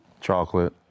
Chocolate